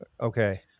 Okay